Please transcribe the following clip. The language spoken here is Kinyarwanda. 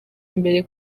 imbere